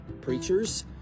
preachers